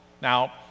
Now